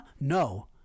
no